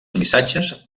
missatges